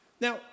Now